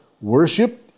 worship